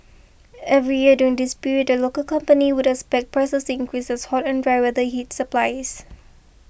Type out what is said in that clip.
every year during this period the local company would expect prices increase as hot and dry weather hits supplies